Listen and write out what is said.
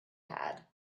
had